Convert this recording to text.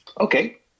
okay